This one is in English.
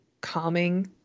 calming